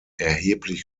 erheblich